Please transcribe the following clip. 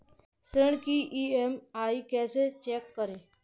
ऋण की ई.एम.आई कैसे चेक करें?